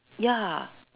ya